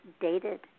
dated